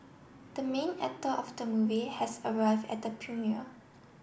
the main actor of the movie has arrived at the premiere